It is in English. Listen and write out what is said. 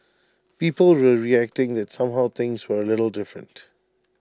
people were reacting that somehow things were A little different